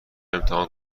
امتحان